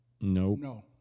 No